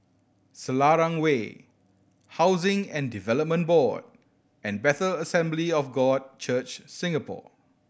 Selarang Way Housing and Development Board and Bethel Assembly of God Church Singapore